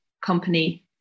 Company